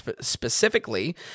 specifically